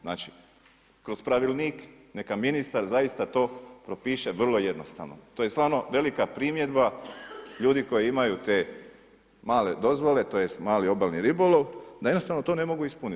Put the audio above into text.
Znači kroz pravilnik neka ministar zaista to propiše vrlo jednostavno, to je stvarno velika primjedba ljudi koji imaju te male dozvole tj. mali obalni ribolov da jednostavno to ne mogu ispuniti.